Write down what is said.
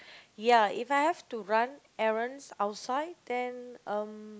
ya if I have to run errands outside then um